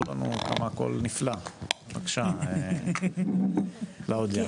בבקשה קלאודיה.